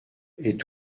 est